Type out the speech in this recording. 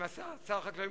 אם אתה שר החקלאים,